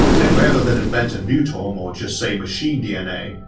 and rather than invent a new term or just say machine dna,